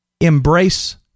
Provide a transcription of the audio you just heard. embrace